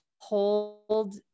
hold